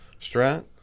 Strat